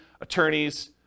attorneys